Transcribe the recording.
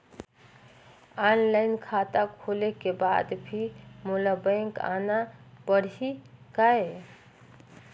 Online खाता खोले के बाद भी मोला बैंक आना पड़ही काय?